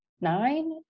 nine